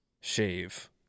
shave